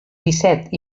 disset